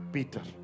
Peter